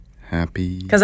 Happy